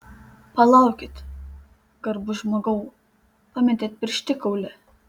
palaukit garbus žmogau pametėt pirštikaulį